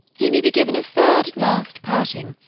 he may be given a third last parting,